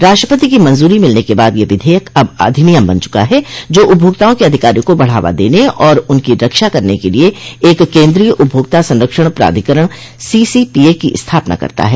राष्ट्रपति की मंजूरी मिलने के बाद यह विधेयक अब अधिनियम बन चुका है जो उपभोक्ताओं के अधिकारों को बढ़ावा देने और उनकी रक्षा करने के लिए एक केंद्रीय उपभोक्ता संरक्षण प्राधिकरण सीसीपीए की स्थापना करता है